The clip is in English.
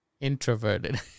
Introverted